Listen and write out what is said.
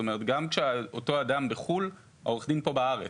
גם כשאותו אדם בחו"ל והעו"ד פה בארץ.